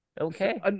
okay